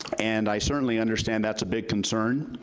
and i certainly understand that's a big concern,